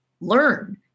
learn